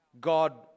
God